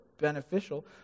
beneficial